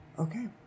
Okay